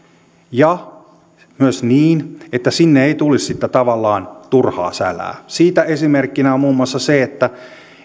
ja myös niin että sinne ei tulisi sitten tavallaan turhaa sälää siitä esimerkkinä on muun muassa se että